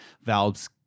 Valve's